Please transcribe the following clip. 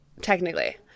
Technically